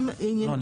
בסעיף 16(ב),